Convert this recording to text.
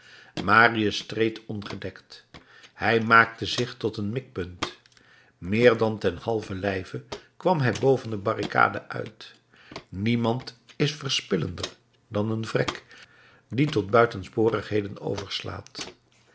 marius streed ongedekt hij maakte zich tot een mikpunt meer dan ten halve lijve kwam hij boven de barricade uit niemand is verspillender dan een vrek die tot buitensporigheden overslaat